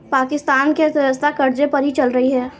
पाकिस्तान की अर्थव्यवस्था कर्ज़े पर ही चल रही है